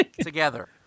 together